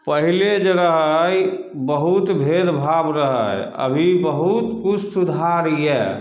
पहिले जे रहय बहुत भेदभाव रहय अभी बहुत किछु सुधार यऽ